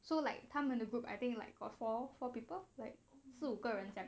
so like 他们的 group I think like called four four people like 四五个人这样